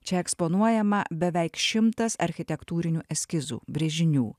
čia eksponuojama beveik šimtas architektūrinių eskizų brėžinių